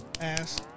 ass